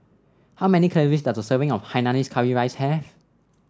how many calories does a serving of Hainanese Curry Rice have